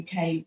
UK